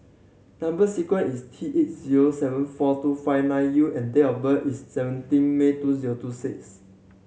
number sequence is T eight zero seven four two five nine U and date of birth is seventeen May two zero two six